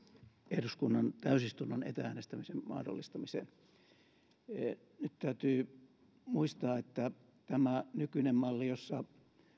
eduskunnan täysistunnon etä äänestämisen mahdollistamiseen nyt täytyy muistaa että tämä nykyinen malli jossa